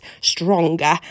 stronger